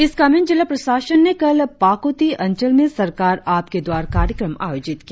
east Kameng जिला प्रशासन ने कल पांकोटी अंचल में सरकार आपके द्वारा कार्यक्रम आयोजित किया